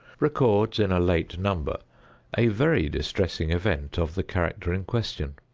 records in a late number a very distressing event of the character in question.